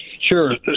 Sure